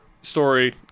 story